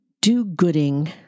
do-gooding